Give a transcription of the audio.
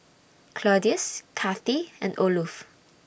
Claudius Kathi and Olof